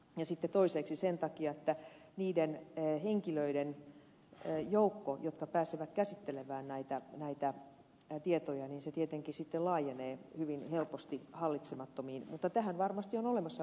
sitten toiseksi sen takia että niiden henkilöiden joukko jotka pääsevät käsittelemään näitä tietoja tietenkin laajenee hyvin helposti hallitsemattomiin mutta tähän varmasti on olemassa valvontakeinoja